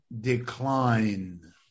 decline